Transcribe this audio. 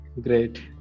Great